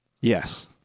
Yes